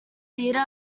theater